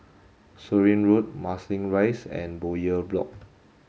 Surin Road Marsiling Rise and Bowyer Block